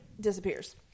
disappears